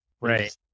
Right